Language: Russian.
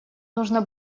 нужно